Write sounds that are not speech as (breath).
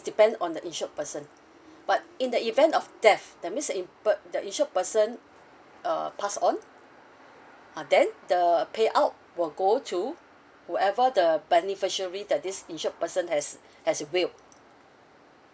depend on the insured person (breath) but in the event of death that means uh if per~ the insured person uh passed on uh then the payout will go to whoever the beneficiary that this insured person has has willed